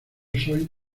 soy